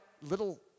little